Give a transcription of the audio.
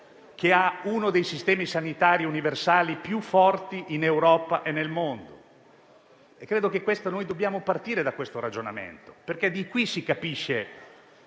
che ha uno dei sistemi sanitari universali più forti in Europa e nel mondo. Credo che dobbiamo partire da questo ragionamento perché da qui si capisce